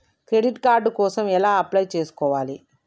Credit card కోసం ఎలా apply చేసుకోవాలి?